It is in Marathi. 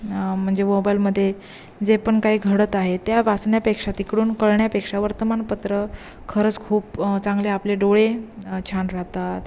म्हणजे मोबाईलमध्ये जे पण काही घडत आहे त्या वाचण्यापेक्षा तिकडून कळण्यापेक्षा वर्तमानपत्र खरंच खूप चांगले आपले डोळे छान राहतात